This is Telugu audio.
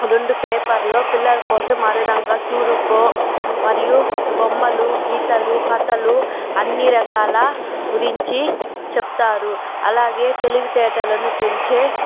రెండు పేపర్లలో పిల్లల కోసం అదే విధంగా సుడోకు మరియు బొమ్మలు గీతలు కథలు అన్ని రకాల గురించి చెప్తారు అలాగే తెలివితేటలను పెంచే